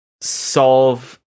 solve